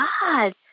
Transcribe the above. God